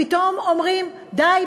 פתאום אומרים: די,